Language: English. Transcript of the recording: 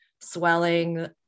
swelling